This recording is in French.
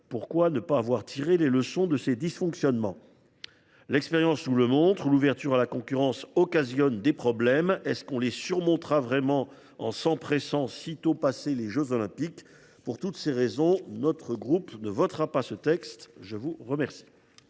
Pourquoi ne pas avoir tiré les leçons de ces dysfonctionnements ? L’expérience le montre, l’ouverture à la concurrence occasionne des problèmes. Pourrons nous les surmonter en nous empressant, sitôt passés les jeux Olympiques ? Pour toutes ces raisons, notre groupe ne votera pas ce texte. La parole